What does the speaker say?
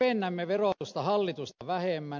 kevennämme verotusta hallitusta vähemmän